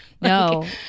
No